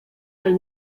del